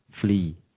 flee